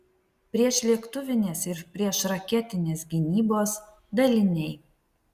priešlėktuvinės ir priešraketinės gynybos daliniai